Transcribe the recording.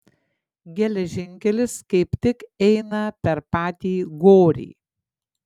geležinkelis kaip tik eina per patį gorį